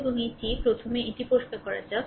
এবং এটি প্রথমে এটি পরিষ্কার করা যাক